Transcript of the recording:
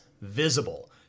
visible